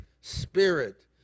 Spirit